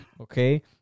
Okay